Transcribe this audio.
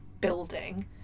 building